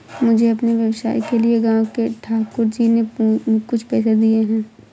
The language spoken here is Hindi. मुझे अपने व्यवसाय के लिए गांव के ठाकुर जी ने कुछ पैसे दिए हैं